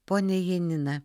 ponia janina